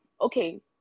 okay